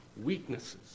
weaknesses